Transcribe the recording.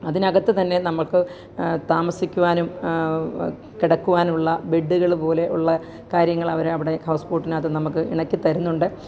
അതിനകത്ത് തന്നെ നമുക്ക് താമസിക്കുവാനും കിടക്കുവാനുമുള്ള ബെഡ്ഡുകൾ പോലെ ഉള്ള കാര്യങ്ങൾ അവരവിടെ ഹൗസ് ബോട്ടിനകത്ത് നമുക്ക് ഇണക്കി തരുന്നുണ്ട്